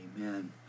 Amen